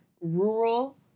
rural